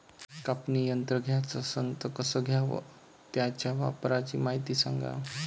कापनी यंत्र घ्याचं असन त कस घ्याव? त्याच्या वापराची मायती सांगा